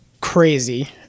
crazy